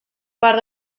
part